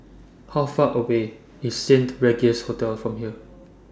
How Far away IS Saint Regis Hotel from here